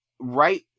right